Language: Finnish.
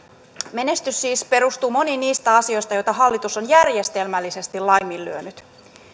menestys siis perustuu moniin niistä asioista joita hallitus on järjestelmällisesti laiminlyönyt